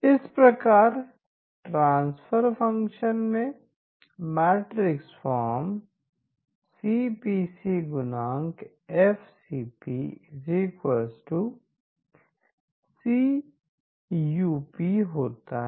इस प्रकार transfer function में मैट्रिक्स फॉर्म Cpc FcpCup होता है